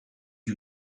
you